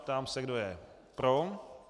Ptám se, kdo je pro.